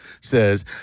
says